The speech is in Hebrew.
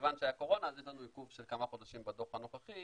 כיוון שהיה קורונה אז יש לנו עיכוב של כמה חודשים בדוח הנוכחי.